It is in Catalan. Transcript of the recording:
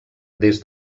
des